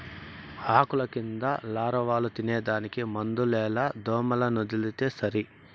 ఆకుల కింద లారవాలు తినేదానికి మందులేల దోమలనొదిలితే సరి